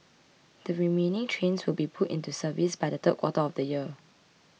the remaining trains will be put into service by the third quarter of the year